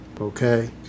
Okay